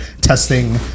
testing